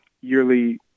yearly